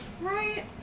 Right